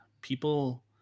people